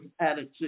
attitude